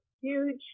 huge